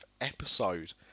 episode